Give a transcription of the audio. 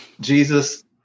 Jesus